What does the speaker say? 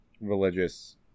religious